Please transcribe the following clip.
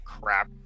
crap